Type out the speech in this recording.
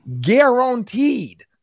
guaranteed